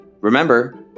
Remember